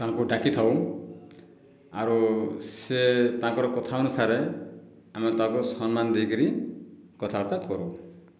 ତାଙ୍କୁ ଡାକିଥାଉ ଆଉ ସିଏ ତାଙ୍କର କଥା ଅନୁସାରେ ଆମେ ତାଙ୍କୁ ସମ୍ମାନ ଦେଇକରି କଥାବାର୍ତ୍ତା କରୁ